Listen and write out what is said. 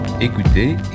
Écoutez